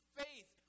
faith